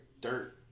dirt